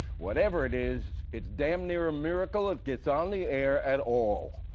whatever it is it's damn near a miracle it gets on the air at all.